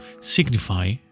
signify